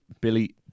Billy